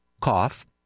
cough